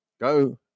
go